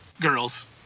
girls